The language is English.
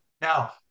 Now